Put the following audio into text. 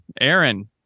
Aaron